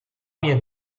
mnie